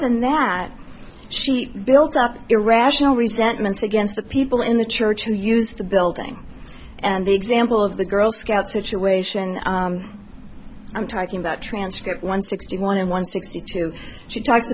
than that she built up irrational resentments against the people in the church who used the building and the example of the girl scout situation i'm talking about transcript one sixty one one sixty two she talks